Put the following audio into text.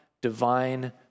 divine